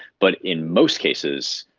but in most cases,